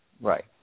Right